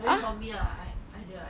I mean for me lah